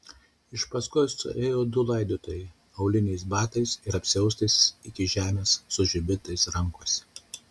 iš paskos ėjo du laidotojai auliniais batais ir apsiaustais iki žemės su žibintais rankose